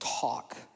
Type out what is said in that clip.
talk